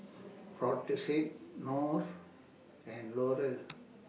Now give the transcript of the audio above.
Brotzeit Knorr and Laurier